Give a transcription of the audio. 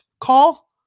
Call